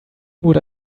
would